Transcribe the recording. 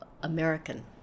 American